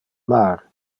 mar